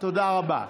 תודה רבה.